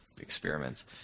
experiments